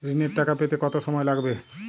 ঋণের টাকা পেতে কত সময় লাগবে?